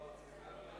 (הוראות שעה)